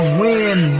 win